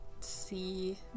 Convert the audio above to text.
see